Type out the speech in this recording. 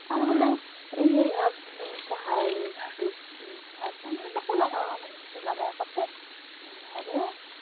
ᱟᱨᱦᱚᱸᱞᱮ ᱤᱭᱟᱹᱭᱟ ᱥᱟᱦᱟᱨ ᱵᱤᱥ ᱥᱟᱦᱟᱨ ᱠᱚ ᱢᱟᱠᱚ ᱞᱟᱜᱟᱣᱟ ᱞᱟᱜᱟᱣ ᱠᱟᱛᱮ ᱚᱱᱟ ᱫᱚ